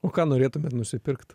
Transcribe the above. o ką norėtumėt nusipirkt